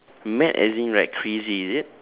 mad as in like crazy is it